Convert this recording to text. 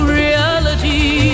reality